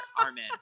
Armin